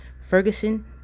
Ferguson